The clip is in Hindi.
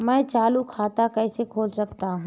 मैं चालू खाता कैसे खोल सकता हूँ?